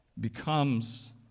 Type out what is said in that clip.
becomes